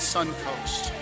Suncoast